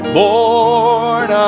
born